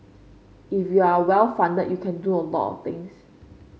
if you are well funded you can do a lot of things